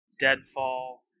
*Deadfall*